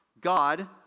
God